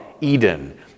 Eden